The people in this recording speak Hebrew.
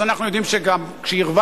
אז אנחנו יודעים שגם כשירווח,